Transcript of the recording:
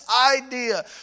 idea